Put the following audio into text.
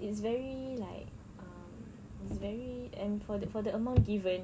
it's very like um it's very and for the for the amount given